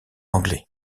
anglais